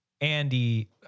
Andy